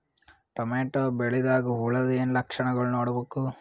Tomato ಬೆಳಿದಾಗ್ ಹುಳದ ಏನ್ ಲಕ್ಷಣಗಳು ನೋಡ್ಬೇಕು?